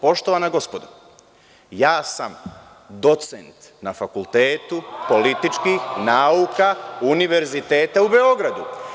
Poštovana gospodo, ja sam docent na Fakultetu političkih nauka Univerziteta u Beogradu.